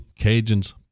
Cajuns